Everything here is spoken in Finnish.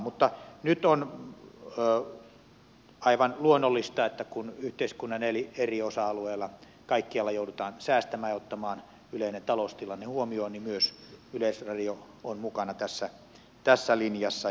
mutta nyt on aivan luonnollista että kun yhteiskunnan eri osa alueilla kaikkialla joudutaan säästämään ja ottamaan yleinen taloustilanne huomioon niin myös yleisradio on mukana tässä linjassa